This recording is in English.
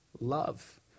love